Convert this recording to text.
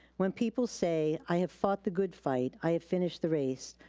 when people say, i have fought the good fight, i have finished the race,